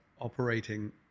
operating